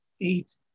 eight